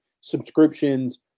subscriptions